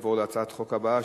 נעבור להצעת חוק הבאה,